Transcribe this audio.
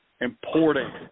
important